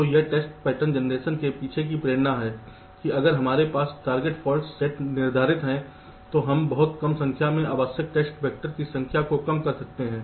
तो यह test pattern generation के पीछे की प्रेरणा है कि अगर हमारे पास टारगेट फॉल्ट्स सेट निर्धारित है तो हम बहुत कम संख्या में आवश्यक टेस्ट वैक्टर की संख्या को कम कर सकते हैं